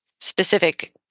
specific